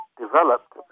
developed